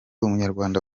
umunyarwanda